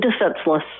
defenseless